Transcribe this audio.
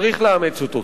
צריך לאמץ אותו.